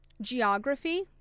Geography